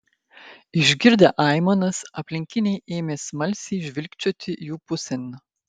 išgirdę aimanas aplinkiniai ėmė smalsiai žvilgčioti jų pusėn